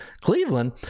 Cleveland